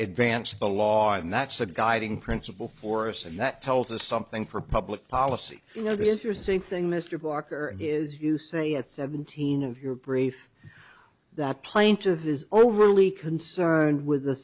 dvanced the law and that's a guiding principle for us and that tells us something for public policy you know the interesting thing mr parker is you say at seventeen of your brief that plaintive is overly concerned with the